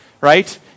right